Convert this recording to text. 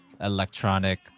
electronic